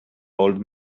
old